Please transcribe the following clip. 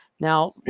Now